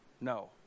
No